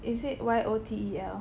it it Y O T E L